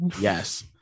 Yes